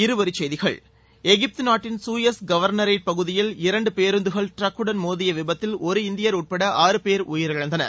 இருவரிச்செய்திகள் எகிப்து நாட்டின் Suez governorate பகுதியில் இரண்டு பேருந்துகள் ட்ரக்குடன் மோதிய விபத்தில் ஒரு இந்தியர் உட்பட ஆறு பேர் உயிரிழந்தனர்